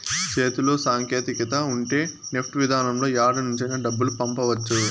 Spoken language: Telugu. చేతిలో సాంకేతికత ఉంటే నెఫ్ట్ విధానంలో యాడ నుంచైనా డబ్బులు పంపవచ్చు